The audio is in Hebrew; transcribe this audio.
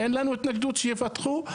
אין לנו התנגדות שיפתחו,